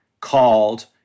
called